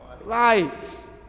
light